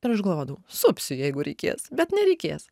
ir aš galvodavau supsiu jeigu reikės bet nereikės